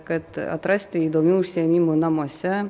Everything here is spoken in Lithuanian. kad atrasti įdomių užsiėmimų namuose